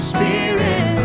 Spirit